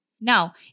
Now